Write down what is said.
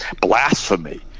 blasphemy